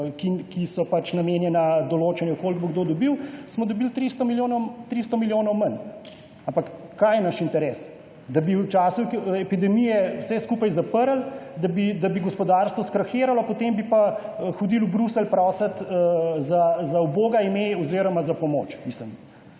ki so pač namenjena, določena, koliko bo kdo dobil, dobili 300 milijonov manj. Ampak kaj je naš interes? Da bi v času epidemije vse skupaj zaprli, da bi gospodarstva skrahiralo, potem bi pa hodili v Bruselj prosit vbogajme oziroma za pomoč.